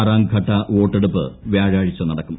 ആറാംഘട്ട വോട്ടെടുപ്പ് വ്യാഴാഴ്ച നടക്കും